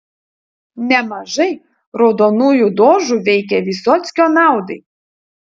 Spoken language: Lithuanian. nemažai raudonųjų dožų veikė vysockio naudai